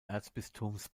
erzbistums